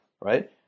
Right